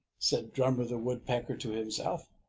said drummer the woodpecker to himself.